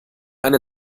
eine